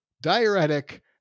diuretic